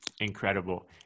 Incredible